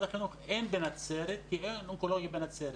החינוך בנצרת כי אין אונקולוגיה בנצרת.